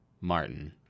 Martin